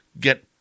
get